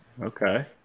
okay